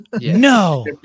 No